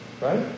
Right